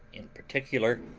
in particular,